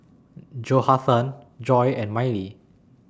Johathan Joy and Mylie